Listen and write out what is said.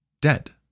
dead